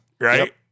right